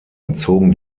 entzogen